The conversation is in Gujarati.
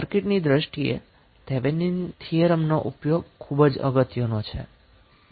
સર્કિટની દ્રષ્ટિએ થેવેનિનનો થીયરમ ખુબ જ અગત્યનો છે